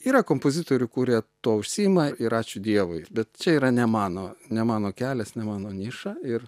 yra kompozitorių kurie tuo užsiima ir ačiū dievui bet čia yra ne mano ne mano kelias ne mano niša ir